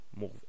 move